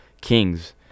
Kings